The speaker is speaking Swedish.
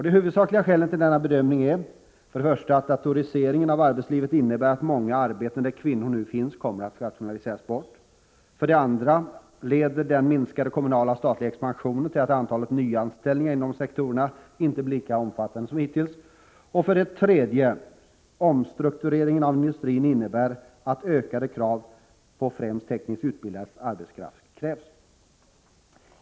De huvudsakliga skälen till denna bedömning är Oo för det första att datoriseringen av arbetslivet innebär att många arbeten där kvinnor nu finns kommer att rationaliseras bort, Oo för det andra att den minskade kommunala och statliga expansionen leder till att antalet nyanställningar inom dessa sektorer inte blir lika omfattande som hittills och Oo för det tredje att omstruktureringen av industrin innebär att ökade krav på främst tekniskt utbildad arbetskraft ställs.